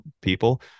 people